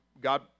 God